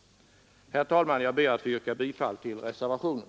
Herr talman! Jag ber att få yrka bifall till reservationen.